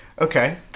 Okay